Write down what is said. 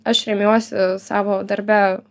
aš remiuosi savo darbe